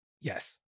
Yes